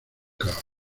caos